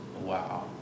Wow